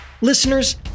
listeners